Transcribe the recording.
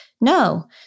no